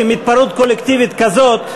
כי עם התפרעות קולקטיבית כזאת,